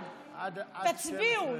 תצביעו,